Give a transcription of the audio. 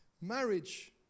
Marriage